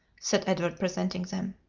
said edward, presenting them.